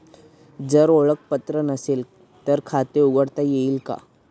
जर ओळखपत्र नसेल तर खाते उघडता येईल का?